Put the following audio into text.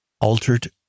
altered